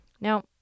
Now